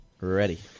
ready